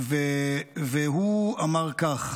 והוא אמר כך: